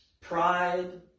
Pride